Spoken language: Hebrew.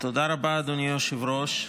רבה, אדוני היושב-ראש.